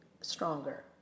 stronger